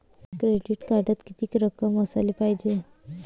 Credit कार्डात कितीक रक्कम असाले पायजे?